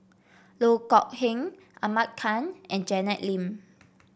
Loh Kok Heng Ahmad Khan and Janet Lim